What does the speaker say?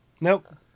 Nope